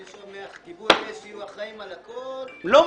אני שומע שכיבוי אש יהיו אחראים על הכול --- לא,